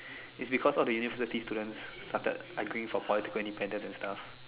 is because of the university students started arguing for political independence and stuff